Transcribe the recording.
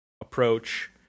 approach